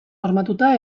hormatuta